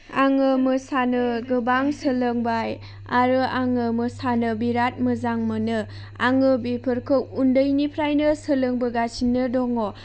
आङो मोसानो गोबां सोलोंबाय आरो आङो मोसानो बिराद मोजां मोनो आङो बिफोरखौ उन्दैनिफ्रायनो सोलोंबोगासिनो दङ